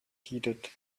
heeded